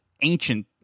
ancient